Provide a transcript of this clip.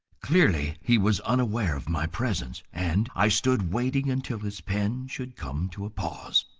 clearly he was unaware of my presence, and i stood waiting until his pen should come to a pause.